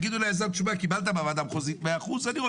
אני יכול